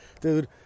Dude